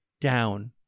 down